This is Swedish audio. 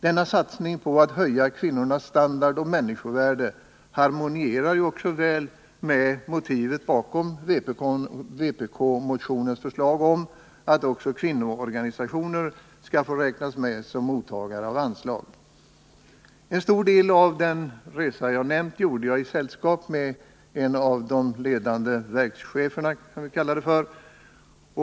Denna satsning på att höja kvinnornas standard och människovärde harmonierar också mycket väl med motivet bakom vpk-motionens förslag att också kvinnoorganisationer skall få räknas med som mottagare av anslag. En stor del av den resa jag nämnt gjorde jag i sällskap med vad man kan kalla en av de ledande verkscheferna i landet.